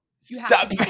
Stop